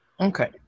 Okay